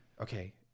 Okay